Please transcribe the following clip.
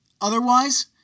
Otherwise